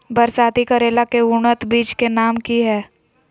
बरसाती करेला के उन्नत बिज के नाम की हैय?